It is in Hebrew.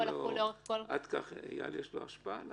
לחול לאורך --- עד כדי כך לאייל יש השפעה עליך?